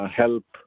help